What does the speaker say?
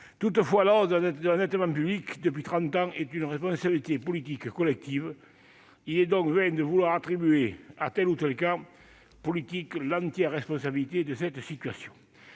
Toutefois, la hausse de l'endettement public depuis trente ans est une responsabilité politique collective. Il est donc vain de vouloir attribuer à tel ou tel camp politique l'entière responsabilité de cette situation.